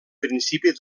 principi